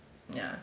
yeah